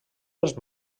dels